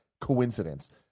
coincidence